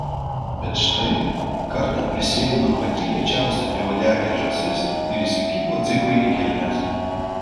bet štai kartą prisėlino pati lėčiausia beuodegė žąsis ir įsikibo dzikui į kelnes